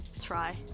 try